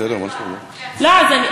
דיברתי היום לבד, לעצמי.